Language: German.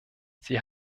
sie